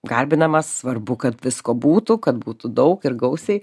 garbinamas svarbu kad visko būtų kad būtų daug ir gausiai